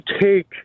take